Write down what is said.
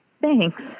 Thanks